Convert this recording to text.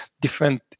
different